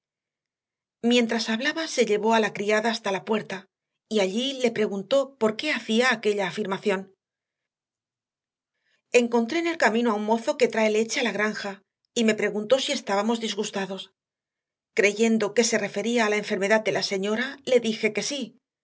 mientras hablaba se llevó a la criada hasta la puerta y allí le preguntó por qué hacía aquella afirmación encontré en el camino a un mozo que trae leche a la granja y me preguntó si estábamos disgustados creyendo que se refería a la enfermedad de la señora le dije que sí